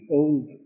old